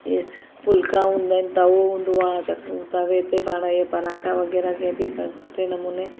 ईअं फुलका हूंदा आहिनि तओ हूंदो आहे च तए ते पाण परांठा वग़ैरह कंहिं बि सुठे नमूने